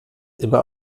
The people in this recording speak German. immer